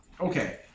Okay